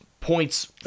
points